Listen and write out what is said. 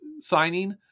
signing